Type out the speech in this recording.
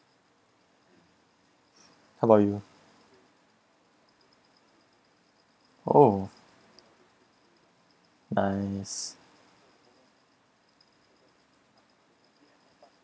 how about you oh nice